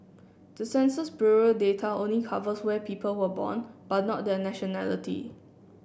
the Census Bureau data only covers where people were born but not their nationality